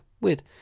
Weird